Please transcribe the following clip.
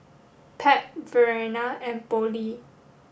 Pat Verena and Pollie